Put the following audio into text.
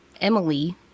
Emily